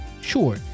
Sure